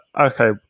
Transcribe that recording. okay